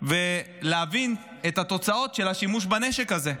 ולהבין את התוצאות של השימוש בנשק הזה,